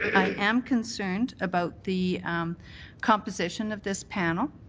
i am concerned about the composition of this panel.